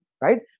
Right